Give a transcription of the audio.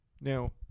Now